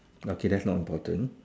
okay that's not important